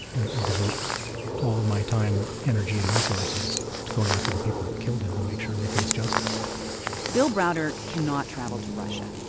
and devote all of my time, energy and resources to going after the people that killed him and make sure they face justice bill browder cannot travel to russia.